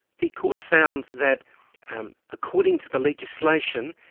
the court found that according to the legislation,